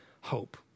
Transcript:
hope